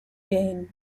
gain